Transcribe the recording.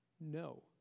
No